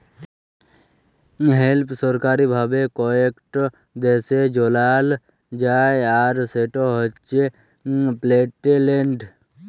hemp সরকারি ভাবে কয়েকট দ্যাশে যগাল যায় আর সেট হছে পেটেল্টেড